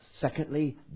secondly